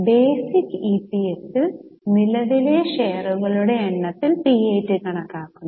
basic ഇപിഎസിൽ നിലവിലെ ഷെയറുകളുടെ എണ്ണത്തിൽ PAT കണക്കാക്കുന്നു